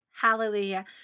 Hallelujah